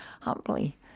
humbly